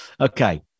Okay